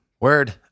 Word